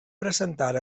presentar